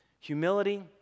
Humility